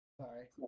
Sorry